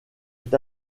est